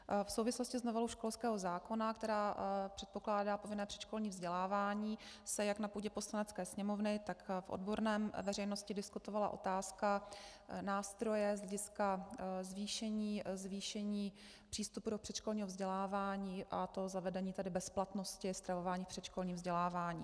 V souvislosti s novelou školského zákona, která předpokládá povinné předškolní vzdělávání, se jak na půdě Poslanecké sněmovny, tak v odborné veřejnosti diskutovala otázka nástroje z hlediska zvýšení přístupu do předškolního vzdělávání, a to zavedení bezplatnosti stravování v předškolním vzdělávání.